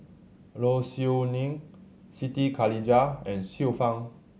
Low Siew Nghee Siti Khalijah and Xiu Fang